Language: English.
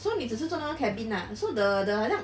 so 你只是做那个 cabin lah so the the 好像